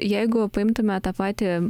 jeigu paimtume tą patį